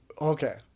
okay